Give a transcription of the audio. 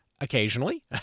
occasionally